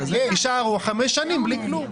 יישארו חמש שנים בלי כלום.